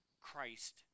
Christ